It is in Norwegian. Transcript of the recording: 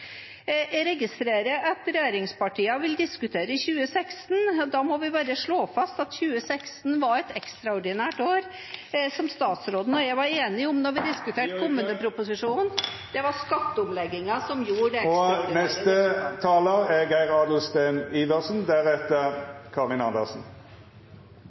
Jeg registrerer at regjeringspartiene vil diskutere 2016. Da må jeg bare slå fast at 2016 var et ekstraordinært år. Som statsråden og jeg var enige om da vi diskuterte kommuneproposisjonen, var det skatteomleggingen som gjorde